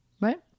Right